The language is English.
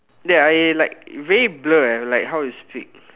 ya I like very blur eh like how you speak